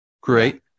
great